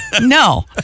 No